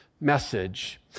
message